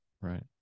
right